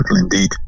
indeed